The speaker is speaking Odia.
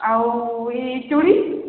ଆଉ ଇ ଚୁଡ଼ି